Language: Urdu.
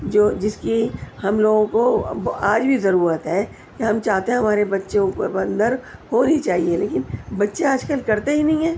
جو جس کی ہم لوگوں کو آج بھی ضرورت ہے کہ ہم چاہتے ہیں ہمارے بچوں کو اندر ہونی چاہے لیکن بچے آج کل کرتے ہی نہیں ہیں